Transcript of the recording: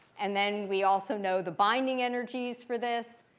and then we also know the binding energies for this.